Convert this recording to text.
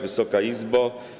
Wysoka Izbo!